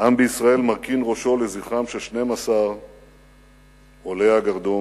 העם בישראל מרכין ראשו לזכרם של 12 עולי הגרדום.